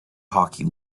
hockey